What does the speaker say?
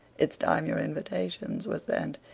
it's time your invitations were sent,